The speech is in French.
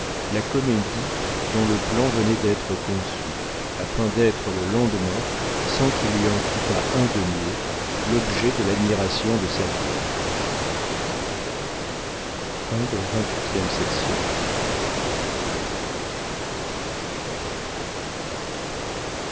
la comédie dont le plan venait d'être conçu afin d'être le lendemain sans qu'il lui en coûtât un denier l'objet de l'admiration de sa ville